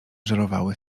żerowały